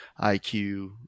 IQ